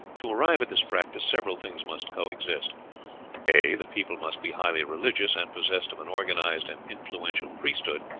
to arrive at this practice several things must coexist a. the people must be highly religious, and possessed of an organized and influential priesthood,